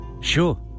Sure